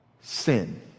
Sin